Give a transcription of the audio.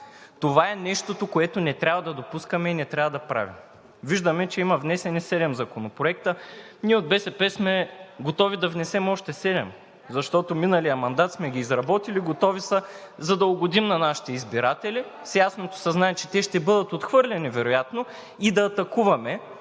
Това е нещото, което не трябва да допускаме и не трябва да правим. Виждаме, че има внесени седем законопроекта. Ние от БСП сме готови да внесем още седем, защото миналия мандат сме ги изработили, готови са, за да угодим на нашите избиратели, с ясното съзнание, че те ще бъдат отхвърлени вероятно, и да атакуваме,